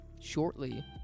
shortly